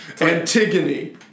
Antigone